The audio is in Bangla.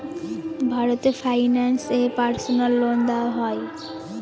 ভারত ফাইন্যান্স এ পার্সোনাল লোন দেওয়া হয়?